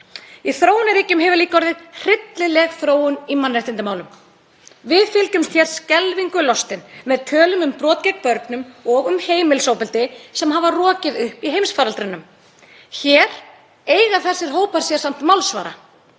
Í þróunarríkjum hefur líka orðið hryllileg þróun í mannréttindamálum. Við fylgjumst hér skelfingu lostin með tölum um brot gegn börnum og um heimilisofbeldi sem hafa rokið upp í heimsfaraldrinum. Hér eiga þessir hópar sér samt málsvara.